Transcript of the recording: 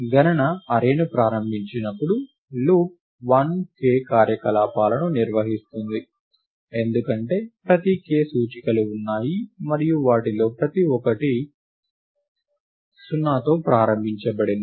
గణన అర్రేని ప్రారంభించే లూప్ 1 k కార్యకలాపాలను నిర్వహిస్తుంది ఎందుకంటే ప్రతి k సూచికలు ఉన్నాయి మరియు వాటిలో ప్రతి ఒక్కటి 0 తో ప్రారంభించబడింది